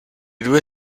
due